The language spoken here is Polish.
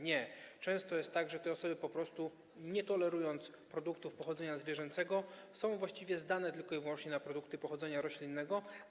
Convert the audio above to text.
Nie, często jest tak, że te osoby po prostu, nie tolerując produktów pochodzenia zwierzęcego, są właściwie zdane wyłącznie na produkty pochodzenia roślinnego.